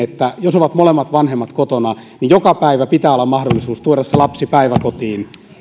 jos molemmat vanhemmat ovat kotona että joka päivä pitää olla mahdollisuus tuoda lapsi päiväkotiin